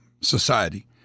society